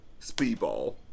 Speedball